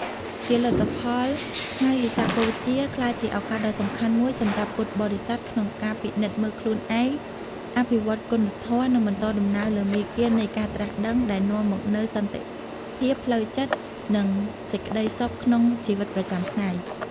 ជាលទ្ធផល ថ្ងៃវិសាខបូជាក្លាយជាឱកាសដ៏សំខាន់មួយសម្រាប់ពុទ្ធបរិស័ទក្នុងការពិនិត្យមើលខ្លួនឯង អភិវឌ្ឍគុណធម៌ និងបន្តដំណើរលើមាគ៌ានៃការត្រាស់ដឹង ដែលនាំមកនូវសន្តិភាពផ្លូវចិត្ត និងសេចក្តីសុខក្នុងជីវិតប្រចាំថ្ងៃ។